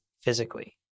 physically